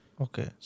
Okay